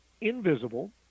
invisible